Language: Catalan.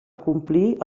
complir